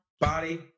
body